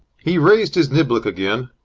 he raised his niblick again,